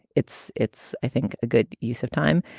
it's it's, i think, a good use of time.